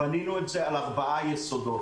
בנינו את זה על ארבע יסודות.